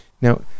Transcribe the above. Now